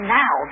now